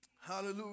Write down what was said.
Hallelujah